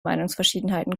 meinungsverschiedenheiten